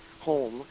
home